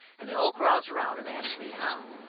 and they all crowds around and asts me how,